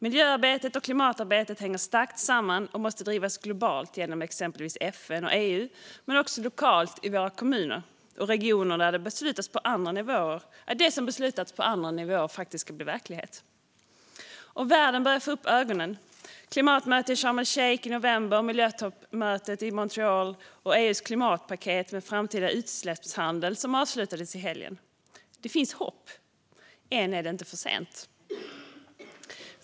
Miljöarbetet och klimatarbetet hänger starkt samman och måste drivas globalt genom exempelvis FN och EU, men också lokalt i våra kommuner och regioner där det som beslutas på andra nivåer faktiskt ska bli verklighet. Världen börjar också få upp ögonen. Vi har sett ett klimatmöte i Sharm el-Sheikh i november och ett miljötoppmöte i Montreal, och EU:s klimatpaket om framtida utsläppshandel avslutades i helgen. Det finns hopp. Än är det inte för sent.